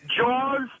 jaws